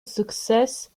success